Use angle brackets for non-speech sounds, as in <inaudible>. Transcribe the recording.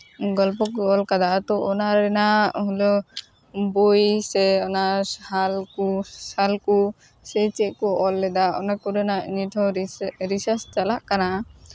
ᱜᱚᱞᱯᱚ ᱠᱚ ᱚᱞ ᱠᱟᱫᱟ ᱛᱳ ᱚᱱᱟ ᱨᱮᱱᱟᱜ <unintelligible> ᱵᱳᱭ ᱥᱮ ᱚᱱᱟ ᱦᱟᱞ ᱠᱚ ᱥᱟᱞ ᱠᱚ ᱥᱮ ᱪᱮᱫ ᱠᱚ ᱚᱞ ᱞᱮᱫᱟ ᱚᱱᱟ ᱠᱚᱨᱮᱱᱟᱜ ᱱᱤᱛ ᱦᱚᱸ ᱨᱤᱥᱟᱨᱪ ᱪᱟᱞᱟᱜ ᱠᱟᱱᱟ